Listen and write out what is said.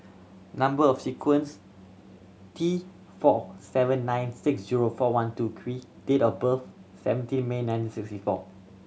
number of sequence T four seven nine six zero four one two Q date of birth seventeen May nineteen sixty four